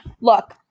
Look